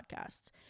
podcasts